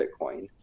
Bitcoin